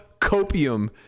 copium